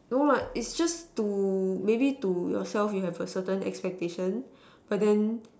no what it's just to maybe to yourself you have a certain expectation but then